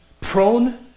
prone